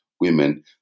women